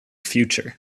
future